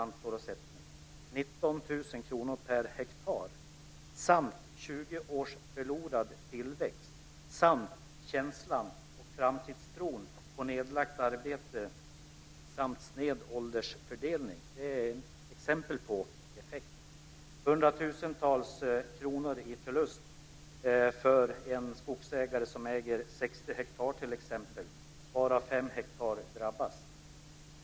Det innebär en kostnad om 19 000 kr per hektar, 20 års förlorad tillväxt och tappad känsla och framtidstro samt sned åldersfördelning. Det är exempel på effekter. Förlusten blir hundratusentals kronor för en skogsägare som äger t.ex. 60 hektar, varav fem hektar drabbas.